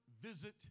visit